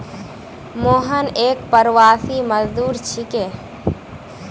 मोहन एक प्रवासी मजदूर छिके